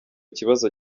kibazo